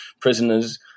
prisoners